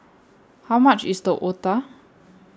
How much IS The Otah